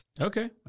okay